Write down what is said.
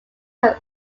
can